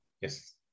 yes